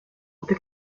the